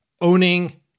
Owning